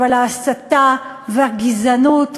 אבל ההסתה והגזענות,